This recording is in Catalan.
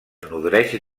nodreix